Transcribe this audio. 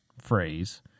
phrase